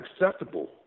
acceptable